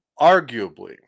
Arguably